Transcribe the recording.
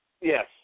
Yes